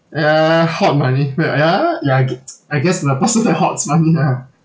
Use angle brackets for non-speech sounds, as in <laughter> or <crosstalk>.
ya hoard money me uh ya ya I gue~ <noise> I guess my personal <laughs> hoards money ah